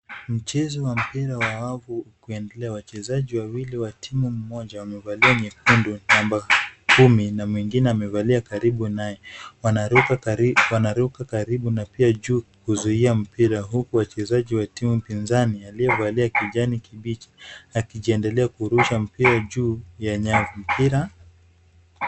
Mchezo wa mpira wa wazu ukiendelea. Wachezaji wawili wa timu moja wamevalia nyekundu namba kumi na mwingine amevalia karibu naye. Wanaruka karibu na pia juu kuzuia mpira huku wachezaji wa timu pinzani waliovalia kijani kibich wakiendelea kurusha mpira juu ya nyavu.